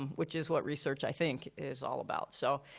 which is what research, i think, is all about. so,